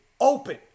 open